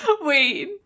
wait